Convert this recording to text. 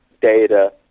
data